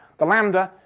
the lander,